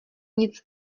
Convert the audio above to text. nic